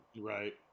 Right